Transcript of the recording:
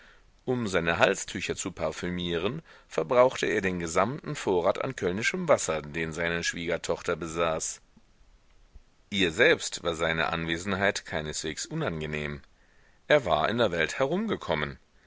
um seine halstücher zu parfümieren verbrauchte er den gesamten vorrat an kölnischem wasser den seine schwiegertochter besaß ihr selbst war seine anwesenheit keineswegs unangenehm er war in der welt herumgekommen